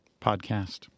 podcast